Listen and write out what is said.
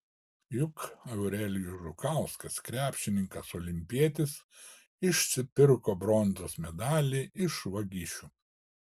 juk eurelijus žukauskas krepšininkas olimpietis išsipirko bronzos medalį iš vagišių